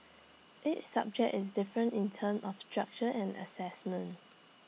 each subject is different in terms of structure and Assessment